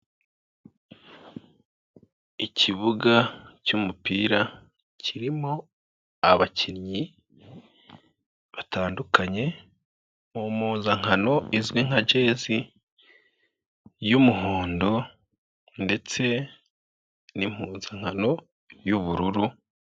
Ikibuga cy'umupira kirimo abakinnyi batandukanye mu mpuzankano izwi nka jezi y'umuhondo ndetse n'impuzankano y'ubururu.